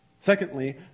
Secondly